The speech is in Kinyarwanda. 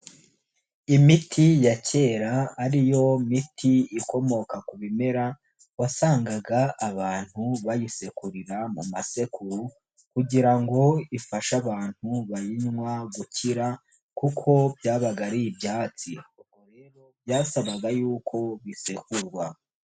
Imiti ya kera ari yo miti ikomoka ku bimera, wasangaga abantu bayisekurira mu masekuru kugira ngo ifashe abantu bayinywa gukira kuko byabaga ari ibyatsi; ubwo rero byasabaga yuko bisekurwa.